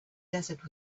desert